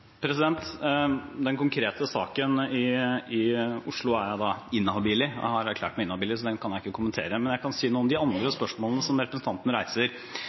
Den konkrete saken i Oslo har jeg erklært meg inhabil i, så den kan jeg ikke kommentere. Men jeg kan si noe om de andre spørsmålene som representanten reiser.